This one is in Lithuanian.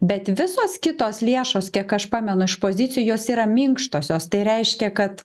bet visos kitos lėšos kiek aš pamenu iš pozicijos yra minkštosios tai reiškia kad